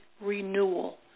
renewal